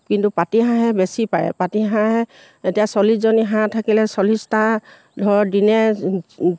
কিন্তু পাতিহাঁহে বেছি পাৰে পাতিহাঁহে এতিয়া চল্লিছজনী হাঁহ থাকিলে চল্লিছটা ধৰ দিনে